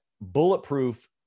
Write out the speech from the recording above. bulletproof